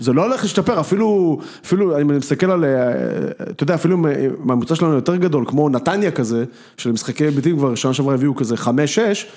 זה לא הולך להשתפר, אפילו, אפילו אם אני מסתכל על... אתה יודע, אפילו אם הממוצע שלנו יותר גדול, כמו נתניה כזה, של משחקי ביטים, כבר שנה שעברה הביאו כזה חמש, שש.